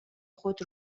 خود